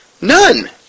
None